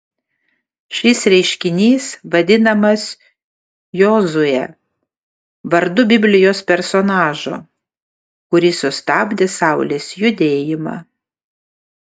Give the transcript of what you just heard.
šis reiškinys vadinamas jozue vardu biblijos personažo kuris sustabdė saulės judėjimą